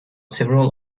several